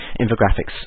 infographics